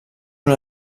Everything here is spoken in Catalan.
una